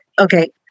Okay